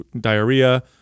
diarrhea